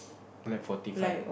black forty five